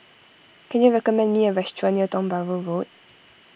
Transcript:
can you recommend me a restaurant near Tiong Bahru Road